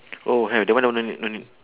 oh have that one that one no need no need